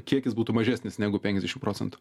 kiekis būtų mažesnis negu penkiasdešim procentų